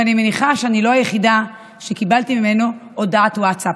ואני מניחה שאני לא היחידה שקיבלתי ממנו הודעת ווטסאפ.